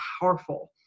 powerful